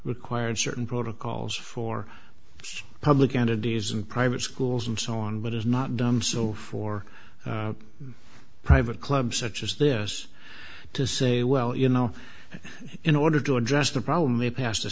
required certain protocols for public entities and private schools and so on but has not done so for private clubs such as this to say well you know in order to address the problem we passed